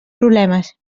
problemes